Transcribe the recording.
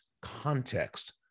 context